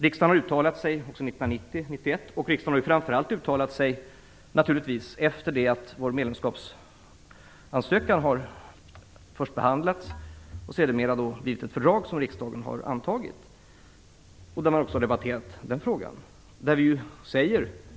Riksdagen har uttalat sig i frågan också 1990 och 1991 och naturligtvis efter det att vår medlemskapsansökan först behandlades och sedan ledde till ett fördrag som riksdagen antagit. Då debatterade man också denna fråga.